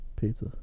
pizza